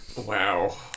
Wow